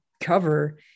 cover